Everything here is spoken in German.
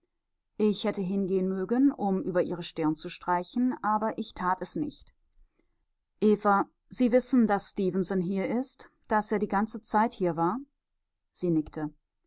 ich hätte hingehen mögen um über ihre stirn zu streichen aber ich tat es nicht eva sie wissen daß stefenson hier ist daß er die ganze zeit hier war sie nickte